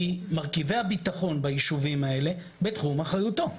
כי מרכיבי הביטחון ביישובים האלה בתחום אחריותו.